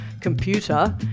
computer